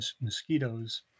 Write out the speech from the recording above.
mosquitoes